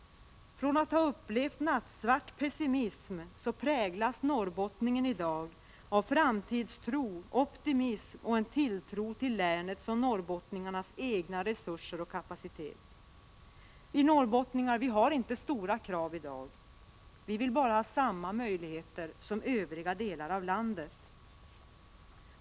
Efter att ha upplevt nattsvart pessimism präglas norrbottningen i dag av framtidstro, optimism och en tilltro till länets och norrbottningarnas egna resurser och kapacitet. Vi norrbottningar ställer i dag inte stora krav. Vi vill bara ha samma möjligheter som övriga delar av landet.